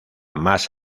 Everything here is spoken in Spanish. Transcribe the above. más